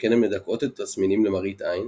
שכן הן מדכאות את התסמינים למראית עין,